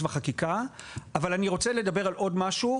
וחקיקה אבל אני רוצה לדבר על עוד משהו,